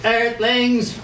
Earthlings